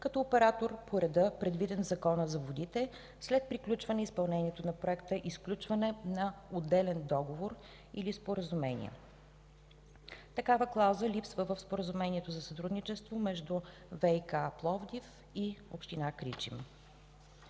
като оператор по реда предвид в Закона за водите след приключване изпълнението на проекта и сключване на отделен договор или споразумение. Такава клауза липсва в споразумението за сътрудничество между ВиК Пловдив и община Кричим.